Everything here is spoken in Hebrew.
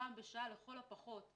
פעם בשנה לכל הפחות,